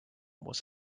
was